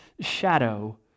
shadow